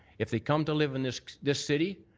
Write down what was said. if they come to live in this this city,